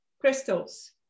crystals